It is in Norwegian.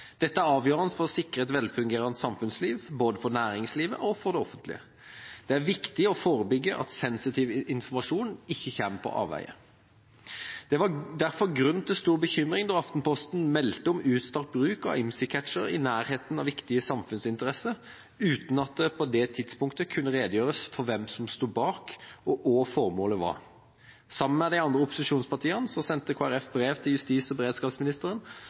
Dette er avgjørende for å sikre et velfungerende samfunnsliv, både for næringslivet og for det offentlige. Det er viktig å forebygge at sensitiv informasjon ikke kommer på avveier. Det var derfor grunn til stor bekymring da Aftenposten meldte om utstrakt bruk av IMSI-catchere i nærheten av viktige samfunnsinteresser uten at det på det tidspunktet kunne redegjøres for hvem som sto bak, og hva formålet var. Sammen med de andre opposisjonspartiene sendte Kristelig Folkeparti brev til justis- og beredskapsministeren